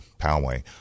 Poway